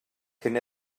cyn